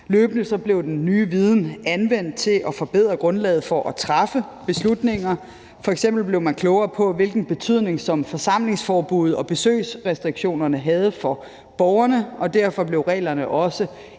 løbende, blev den nye viden anvendt til at forbedre grundlaget for at træffe beslutninger. F.eks. blev man klogere på, hvilken betydning forsamlingsforbuddet og besøgsrestriktioner havde for borgerne, og derfor blev reglerne også